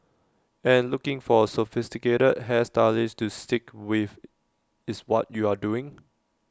and looking for A sophisticated hair stylist to stick with is what you are doing